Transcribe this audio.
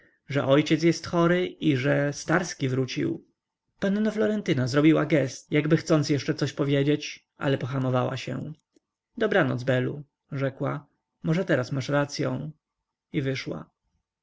że ojciec jest chory i że starski wrócił panna florentyna zrobiła giest jakby chcąc jeszcze coś powiedzieć ale pohamowała się dobranoc belu rzekła może teraz masz racyą i wyszła